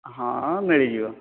ହଁ ମିଳିଯିବ